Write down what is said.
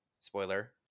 spoiler